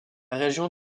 région